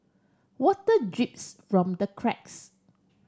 water drips from the cracks